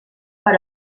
per